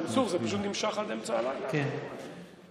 כן, כן.